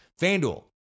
FanDuel